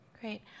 Great